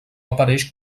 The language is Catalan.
apareix